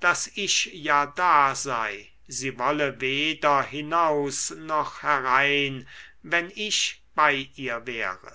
daß ich ja da sei sie wolle weder hinaus noch herein wenn ich bei ihr wäre